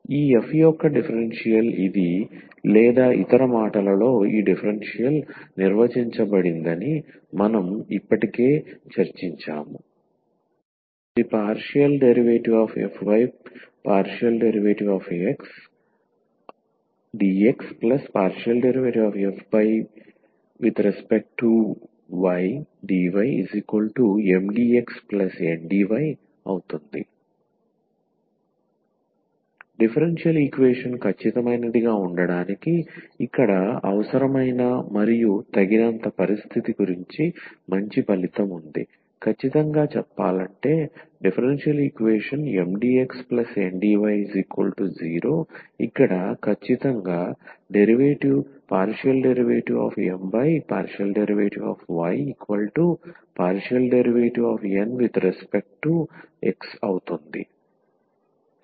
ఈ f యొక్క differential ఇది లేదా ఇతర మాటలలో ఈ డిఫరెన్షియల్ నిర్వచించబడిందని మనం ఇప్పటికే చర్చించాము ∂f∂xdx∂f∂ydyMdxNdy డిఫరెన్షియల్ ఈక్వేషన్ ఖచ్చితమైనదిగా ఉండటానికి ఇక్కడ అవసరమైన మరియు తగినంత పరిస్థితి గురించి మంచి ఫలితం ఉంది ఖచ్చితంగా చెప్పాలంటే డిఫరెన్షియల్ ఈక్వేషన్ 𝑀𝑑𝑥 𝑁𝑑𝑦 0 ఇక్కడ ఖచ్చితంగా ∂M∂y∂N∂x అవుతుంది